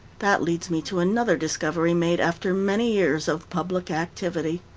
that leads me to another discovery made after many years of public activity.